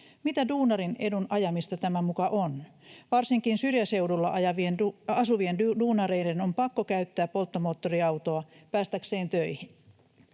Mitä duunarin edun ajamista tämä muka on? Varsinkin syrjäseudulla asuvien duunareiden on pakko käyttää polttomoottoriautoa päästäkseen töihin.